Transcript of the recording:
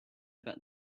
about